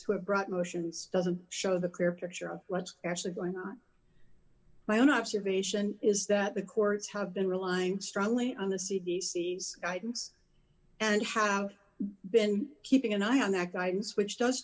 have brought motions doesn't show the clear picture of what's actually going my own observation is that the courts have been relying strongly on the c d c s items and have been keeping an eye on that guidance which does